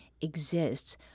exists